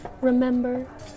Remember